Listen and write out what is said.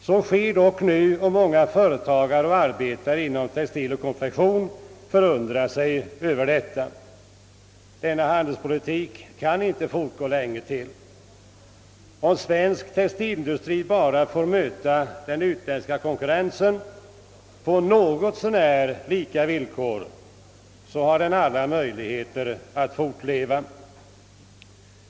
Så sker dock nu, och många företagare och arbetare inom textiloch konfektionsbranschen förundrar sig över detta. Denna handelspolitik kan inte fortsätta länge till. Om svensk textilindustri bara får möta den utländska konkurrensen på något så när lika villkor, har den alla möjligheter att fortleva.